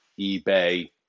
eBay